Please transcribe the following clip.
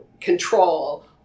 control